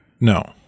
No